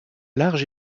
large